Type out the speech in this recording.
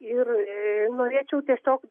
ir norėčiau tiesiog